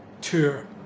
tour